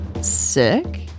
sick